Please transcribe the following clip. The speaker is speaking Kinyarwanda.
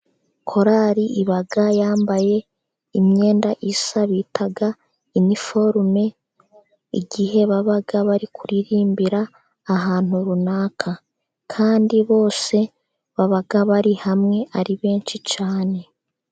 Korali iba yambaye imyenda isa bita iniforume, igihe baba bari kuririmbira ahantu runaka, kandi bose baba bari hamwe ari benshi cyane.